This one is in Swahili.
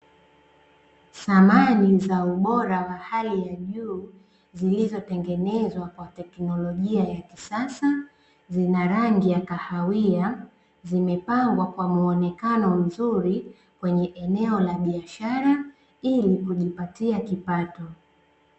Samani za ubora wa hali ya juu, zilizotengenezwa kwa teknolojia ya kisasa, zina rangi ya kahawia, zimepangwa kwa muonekano mzuri kwenye eneo la biashara ili kujipatia kipato.